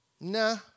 Nah